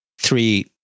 three